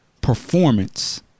performance